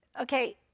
Okay